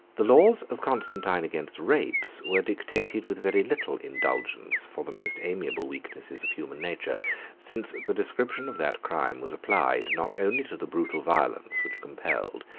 the laws of constantine against rapes were dictated with very little indulgence for the most amiable weaknesses of human nature since the description of that crime was applied not only to the brutal violence which compelled,